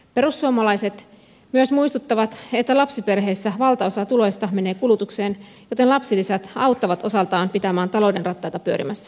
perussuomalaiset myös muistuttavat että lapsiperheissä valtaosa tuloista menee kulutukseen joten lapsilisät auttavat osaltaan pitämään talouden rattaita pyörimässä